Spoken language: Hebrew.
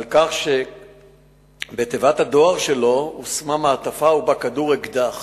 על כך שבתיבת הדואר שלו הושמה מעטפה ובה כדור אקדח